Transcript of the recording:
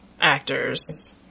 actors